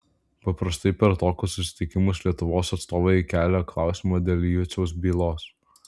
paprastai per tokius susitikimus lietuvos atstovai kelia klausimą dėl juciaus bylos